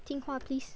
听话 please